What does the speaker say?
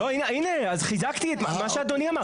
לא, אז הנה חיזקתי את מה שאדוני אמר.